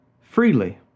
freely